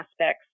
aspects